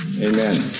amen